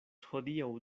hodiaŭ